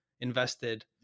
invested